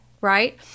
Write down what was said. right